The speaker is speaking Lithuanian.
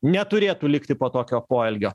neturėtų likti po tokio poelgio